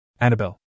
Annabelle